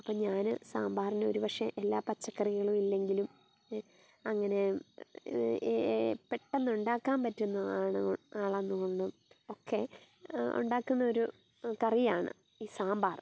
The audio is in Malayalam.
അപ്പം ഞാൻ സാമ്പാറിന് ഒരു പക്ഷേ എല്ലാ പച്ചക്കറികളും ഇല്ലെങ്കിലും അങ്ങനെ പെട്ടെന്ന് ഉണ്ടാക്കാൻ പറ്റുന്നതാണ് ആണെന്ന് ഒക്കെ ഉണ്ടാക്കുന്ന ഒരു കറിയാണ് ഈ സാമ്പാർ